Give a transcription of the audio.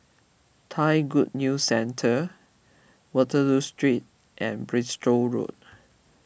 Thai Good News Centre Waterloo Street and Bristol Road